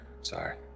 Sorry